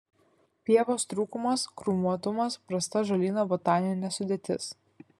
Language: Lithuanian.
pievos trūkumas krūmuotumas prasta žolyno botaninė sudėtis